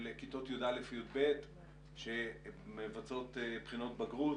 של כיתות י"א-י"ב שמבצעות בחינות בגרות